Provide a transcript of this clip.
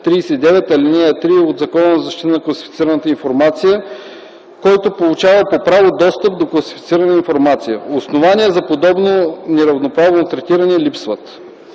39, ал. 3 от Закона за защита на класифицираната информация, които получават по право достъп до класифицирана информация. Основания за подобно неравно третиране липсват.